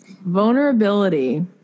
vulnerability